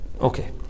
Okay